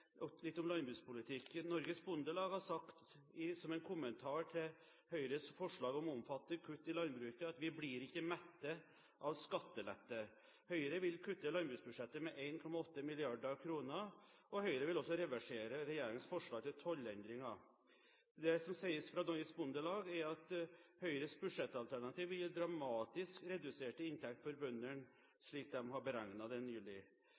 er litt om landbrukspolitikken. Norges Bondelag har sagt som en kommentar til Høyres forslag om omfattende kutt i landbruket: «Vi blir ikke mette av skattelette». Høyre vil kutte landbruksbudsjettet med 1,8 mrd. kr, og Høyre vil også reversere regjeringens forslag til tollendringer. Det som sies fra Norges Bondelag, er at Høyres budsjettalternativ vil gi dramatisk reduserte inntekter for bøndene, slik de har beregnet det nylig.